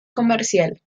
comercial